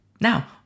Now